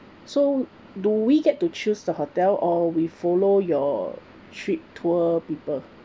so do we get to choose the hotel or we follow your trip tour people